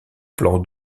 plan